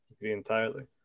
Entirely